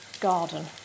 garden